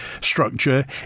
structure